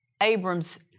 Abram's